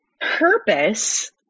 Purpose